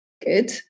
Good